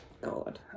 God